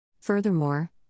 Furthermore